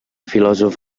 filòsof